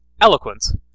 eloquence